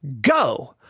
Go